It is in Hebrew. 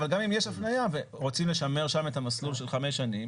אבל גם אם יש הפניה ורוצים לשמר שם את המסלול של חמש שנים,